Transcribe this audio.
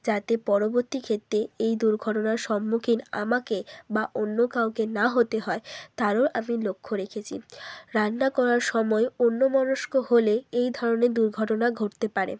যাতে পরবর্তী ক্ষেত্রে এই দুর্ঘটনার সম্মুখীন আমাকে বা অন্য কাউকে না হতে হয় তারও আমি লক্ষ্য রেখেছি রান্না করার সময় অন্যমনস্ক হলে এই ধরনের দুর্ঘটনা ঘটতে পারে